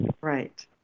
Right